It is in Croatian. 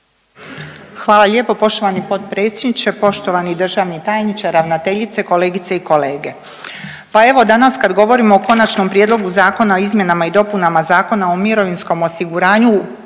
Hvala lijepo poštovani potpredsjedniče, poštovani državni tajniče, ravnateljice, kolegice i kolege. Pa evo danas kad govorimo o Konačnom prijedlogu zakona o izmjenama i dopunama Zakona o mirovinskom osiguranju